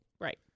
Right